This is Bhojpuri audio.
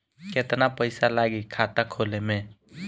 केतना पइसा लागी खाता खोले में?